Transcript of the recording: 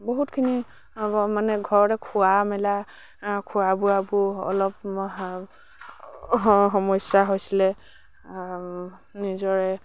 বহুতখিনি মানে ঘৰতে খোৱা মেলা খোৱা বোৱাবোৰ অলপ সমস্যা হৈছিলে নিজৰে